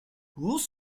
rus